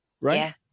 right